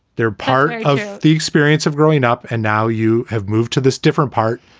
they're part of the experience of growing up. and now you have moved to this different part.